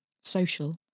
social